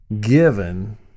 given